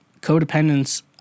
codependence